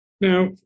Now